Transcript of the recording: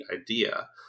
idea